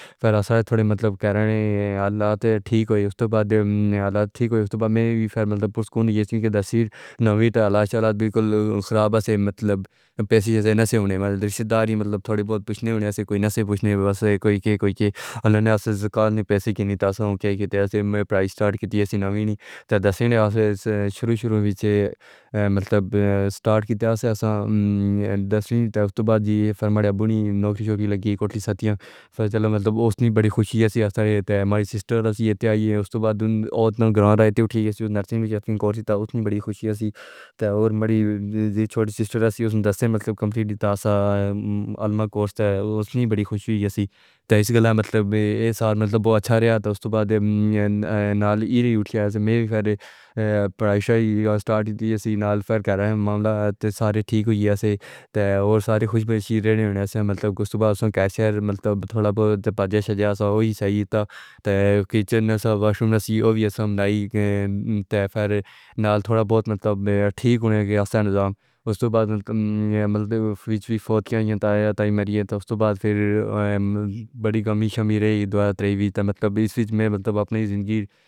پھر آسان ہے تھوڑے مطلب کرنے کا۔ حالات یہ ٹھیک ہوئے ہیں۔ اس کے بعد میں حالات ٹھیک ہوئے ہیں تو میں بھی مطلب پکونے کی صورت میں تلاشی لیتا ہوا براہ راست مطلب پیسیز نہیں ہونے والے رشتہ داری مطلب تھوڑے بہت پچھلے دنوں ایسے کوئی نہیں پوچھنے والا ہے کہ کوئی کہنے والا نہیں، پیسے کی نہیں تو کیا کریں؟ میں نے پرائیس سٹارٹ کی جیسے نہیں کہا تھا دسویں سال سے شروع شروعات میں مطلب سٹارٹ کیا تھا۔ دسویں کے بعد جی فرما لیا ہو گیا کہ کل چلیا مطلب اس نے بڑی خوشی تھی۔ میری سسٹر سی ہے یہاں سے بعد میں گھر آیا تھا کہ وہ بھی خوشی تھی اور میری چھوٹی سسٹر ہے جی اس نے کہا کہ اسے بڑی خوشی ہے تاکہ وہ مت بولی جی چھوٹی سسٹر ہے جی اسے مطلب کمپلیٹ تھا سا علم کوسٹ اس نے بڑی خوشی ہے سی سی کالا مطلب یہ سب مطلب بہت اچھا رہا ہے تاہم نال ای ڈی اوٹھیا سے میرے گھر پڑھائش سٹارٹ کی جی نال فرق ہے۔ ماملا تو سارے ٹھیک ہوئی جاتی تھے اور ساری خوشبخشی رہنی ہونی پڑتی ہے مطلب اس کے بعد سے ملتا تھوڑا بہدے پہ جیسا ہو گا وہی صحیح تھا تاکہ کچن سے باہر ہو گیا تھا۔ نال تھوڑا بہت مطلب ٹھیک ہونے کا اندازہ اس وقت تک نہ ملتے ہوئے۔ فوت کیا جاتا ہے مرے تو بعد پھر بڑی کمی شمع ری ہوئی تھی۔ مطلب اس میں مطلب اپنی زندگی میں